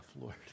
Lord